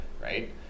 Right